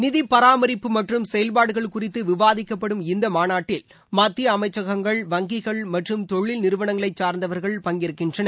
நிதி பராமரிப்பு மற்றும் செயல்பாடுகள் குறித்து விவாதிக்கப்படும் இந்த மாநாட்டில் விவாதிக்க அமைச்சகங்கள் வங்கிகள் மற்றும் தொழில் நிறுவனங்களை மாநாட்டில் மத்திய சார்ந்தவர்கள் பங்கேற்கின்றனர்